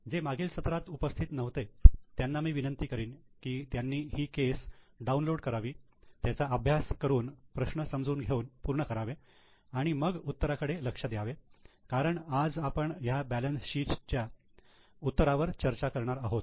जे मागील सत्रात उपस्थित नव्हते त्यांना मी विनंती करीन की त्यांनी ही केस डाउनलोड करावी त्याचा अभ्यास करून प्रश्न समजून घेऊन पूर्ण करावे आणि मग उत्तराकडे लक्ष द्यावे कारण आज आपण ह्या बॅलन्स शीट च्या उत्तरावर चर्चा करणार आहोत